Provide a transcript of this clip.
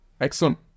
Excellent